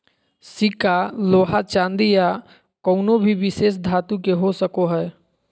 सिक्का लोहा चांदी या कउनो भी विशेष धातु के हो सको हय